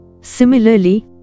Similarly